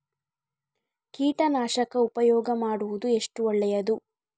ಕೀಟನಾಶಕ ಉಪಯೋಗ ಮಾಡುವುದು ಎಷ್ಟು ಒಳ್ಳೆಯದು?